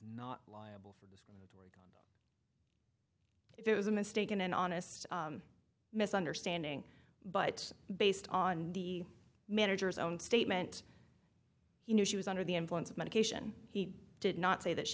not liable for if it was a mistaken and honest misunderstanding but based on the manager's own statement he knew she was under the influence of medication he did not say that she